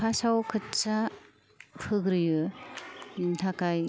फार्सआव खोथिया फोग्रोयो बेनि थाखाय